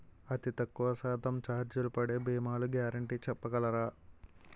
అతి తక్కువ శాతం ఛార్జీలు పడే భీమాలు గ్యారంటీ చెప్పగలరా?